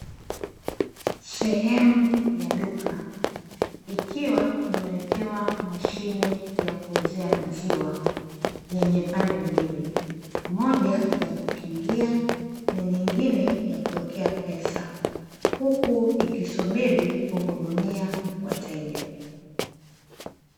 Sehemu ya duka ikiwa imewekewa, mashine ya kuuzia maziwa, yenye pande mbili, moja ya kukingia na nyingine ya kuwekea pesa. Huku ikisubiri kuhudumia wateja.